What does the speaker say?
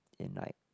in like